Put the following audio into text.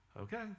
okay